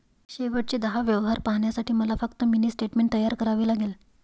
शेवटचे दहा व्यवहार पाहण्यासाठी मला फक्त मिनी स्टेटमेंट तयार करावे लागेल